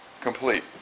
complete